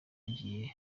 agiye